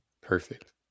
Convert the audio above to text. Perfect